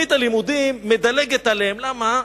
תוכנית הלימודים מדלגת עליהם, למה?